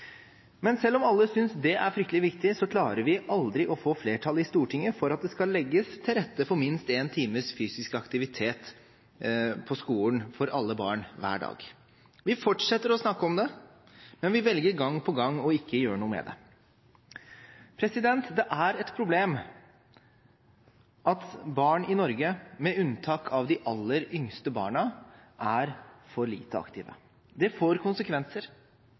Men selv om alle synes det er fryktelig viktig, klarer vi aldri å få flertall i Stortinget for at det skal legges til rette for minst én times fysisk aktivitet på skolen for alle barn, hver dag. Vi fortsetter å snakke om det, men vi velger gang på gang ikke å gjøre noe med det. Det er et problem at barn i Norge, med unntak av de aller yngste, er for lite aktive. Det får konsekvenser.